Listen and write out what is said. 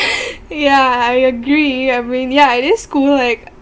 yeah I agree I mean yeah it's cool like